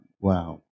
wow